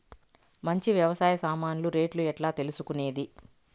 మంచి వ్యవసాయ సామాన్లు రేట్లు ఎట్లా తెలుసుకునేది?